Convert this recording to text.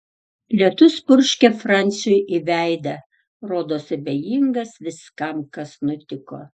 lietus purškė franciui į veidą rodos abejingas viskam kas nutiko